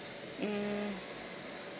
mm